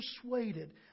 persuaded